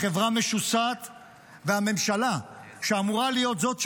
החברה משוסעת והממשלה, שאמורה להיות זאת שמאחדת,